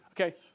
Okay